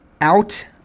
out